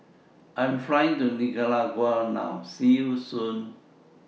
I Am Flying to Nicaragua now See YOU Soon